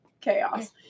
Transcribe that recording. chaos